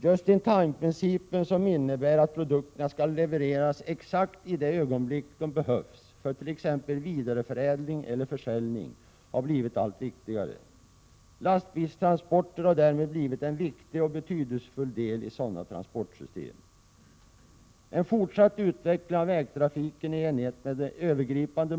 Just-in-time-principen, som innebär att produkterna skall levereras exakt i det ögonblick de behövs för t.ex. vidareförädling eller försäljning, har blivit allt viktigare. Lastbilstransporter har därmed blivit en viktig och betydelsefull del i sådana transportsystem.